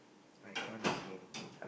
I can't see anything